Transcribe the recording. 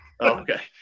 okay